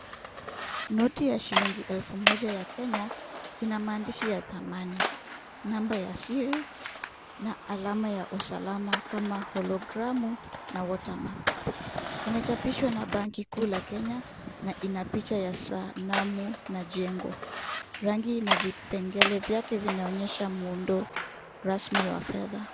Noti ya shilingi elfu moja ya kenya ina maandishi ya thamani. Namba ya siri na alama ya usalama kama [C]hologramu[c] na [c]watermark[c]. Imechapishwa Benki Kuu a Kenya na ina picha ya sanamu na jengo. Rangi ina vipengele vyake vinaonyesha muundo rasmi wa fedha.